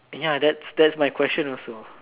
ya that's that's my question also